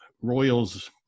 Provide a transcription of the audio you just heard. Royals